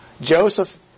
Joseph